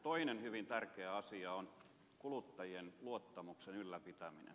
toinen hyvin tärkeä asia on kuluttajien luottamuksen ylläpitäminen